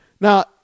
Now